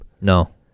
No